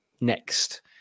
next